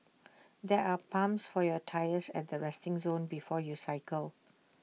there are pumps for your tyres at the resting zone before you cycle